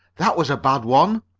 that was a bad one!